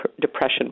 depression